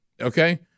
Okay